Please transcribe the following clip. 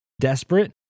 desperate